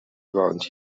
around